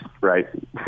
right